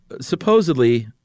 supposedly